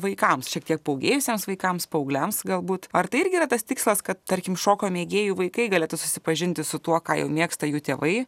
vaikams šiek tiek paūgėjusiems vaikams paaugliams galbūt ar tai irgi yra tas tikslas kad tarkim šoko mėgėjų vaikai galėtų susipažinti su tuo ką jau mėgsta jų tėvai